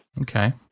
Okay